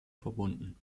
verbunden